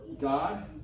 God